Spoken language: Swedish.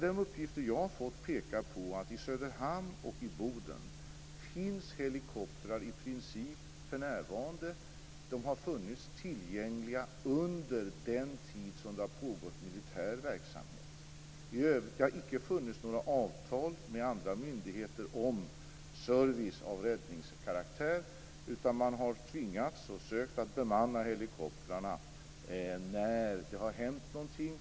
De uppgifter jag har fått pekar på att det i Söderhamn och i Boden för närvarande i princip finns helikoptrar. De har funnits tillgängliga under den tid som det har pågått militär verksamhet. I övrigt har det icke funnits några avtal med andra myndigheter om service av räddningskaraktär, utan man har tvingats att bemanna helikoptrarna när det har hänt någonting.